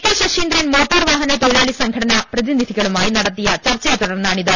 K Saseendran മോട്ടോർവാഹന തൊഴിലാളി സംഘടനാ പ്രതിനിധികളുമായി നടത്തിയ ചർച്ചയെതുടർന്നാണി ത്